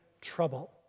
trouble